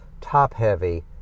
top-heavy